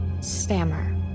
Stammer